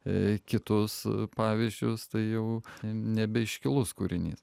į kitus pavyzdžius tai jau nebe iškilus kūrinys